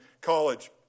college